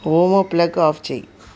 ఓమో plug off చేయి